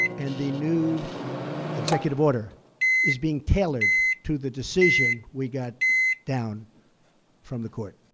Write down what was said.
and the new executive order is being tailored to the decision we got down from the court.